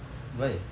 why